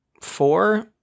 four